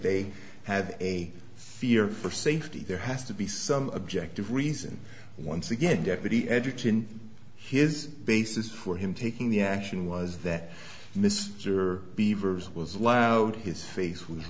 they have a fear for safety there has to be some objective reason once again deputy education his basis for him taking the action was that mr beaver's was allowed his face w